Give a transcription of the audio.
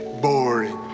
boring